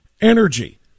energy